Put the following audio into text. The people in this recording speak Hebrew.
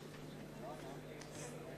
האזרחות והכניסה לישראל (הוראת שעה),